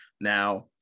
Now